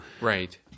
Right